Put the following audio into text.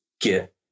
get